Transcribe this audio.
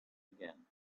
again